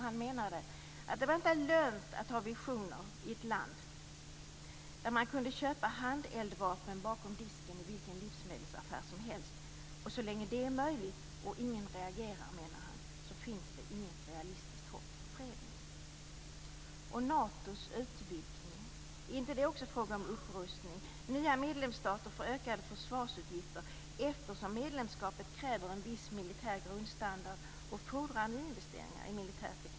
Han menade att det inte var lönt att ha visioner i ett land där man kunde köpa handeldvapen bakom disken i vilken livsmedelsaffär som helst. Så länge det är möjligt och ingen reagerar, menade han, finns det inget realistiskt hopp för freden. Natos utvidgning - är det inte också där fråga om upprustning? Nya medlemsstater får ökade försvarsutgifter eftersom medlemskapet kräver en viss militär grundstandard och fordrar investeringar i militär teknik och utrustning.